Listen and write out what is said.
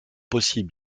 possible